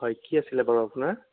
হয় কি আছিল বাৰু আপোনাৰ